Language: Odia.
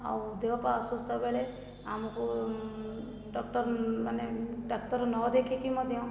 ଆଉ ଦେହ ପା ଅସୁସ୍ଥ ବେଳେ ଆମକୁ ଡକ୍ଟର ମାନେ ଡାକ୍ତର ନ ଦେଖିକି ମଧ୍ୟ